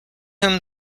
whom